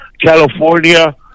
California